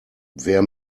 wer